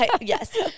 Yes